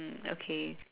okay